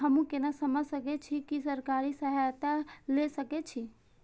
हमू केना समझ सके छी की सरकारी सहायता ले सके छी?